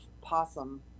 possum